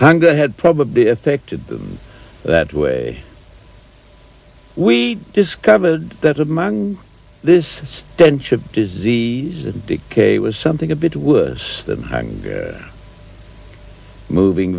hunger had probably affected them that way we discovered that among this stench of disease and decay was something a bit worse than hanging there moving